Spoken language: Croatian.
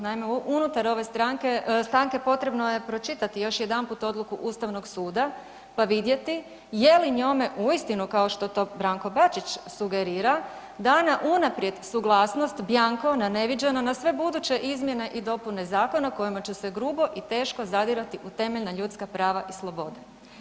Naime, unutar ove stanke potrebno je pročitati još jedanput odluku Ustavnog suda pa vidjeti je li njome uistinu kao što to Branko Bačić sugerira dana unaprijed suglasnost bjanko na neviđeno na sve buduće izmjene i dopune zakona kojima će se grubo i teško zadirati u temeljna ljudska prava i slobode.